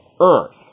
earth